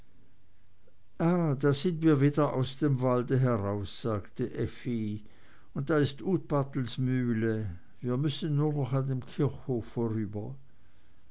da sind wir wieder aus dem wald heraus sagte effi und da ist utpatels mühle wir müssen nur noch an dem kirchhof vorüber